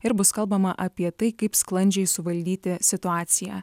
ir bus kalbama apie tai kaip sklandžiai suvaldyti situaciją